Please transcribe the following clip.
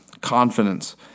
confidence